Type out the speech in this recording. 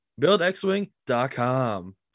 BuildXwing.com